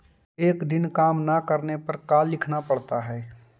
एक दिन काम न करने पर का लिखना पड़ता है?